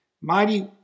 mighty